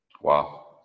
Wow